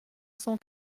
cent